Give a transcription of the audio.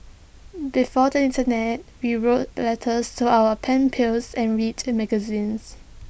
before the Internet we wrote letters to our pen pals and read magazines